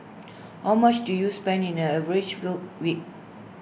how much do you spend in A average rode week